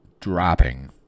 dropping